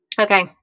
Okay